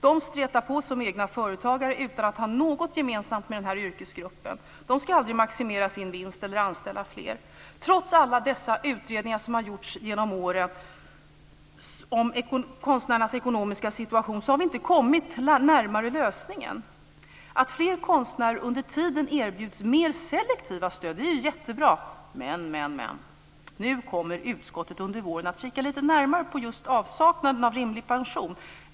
De stretar på som egna företagare utan att ha något gemensamt med den yrkesgruppen. De ska aldrig maximera sin vinst eller anställa fler. Trots alla dessa utredningar som har gjorts genom åren om konstnärernas ekonomiska situation har vi inte kommit närmare lösningen. Att fler konstnärer under tiden erbjuds mer selektiva stöd är jättebra. Men nu kommer utskottet under våren att kika lite närmare på just avsaknaden av rimlig pension.